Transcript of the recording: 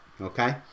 Okay